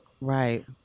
Right